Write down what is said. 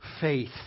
faith